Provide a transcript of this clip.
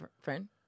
friend